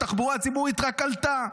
התחבורה הציבורית רק עלתה.